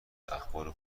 اخبار